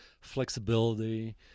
flexibility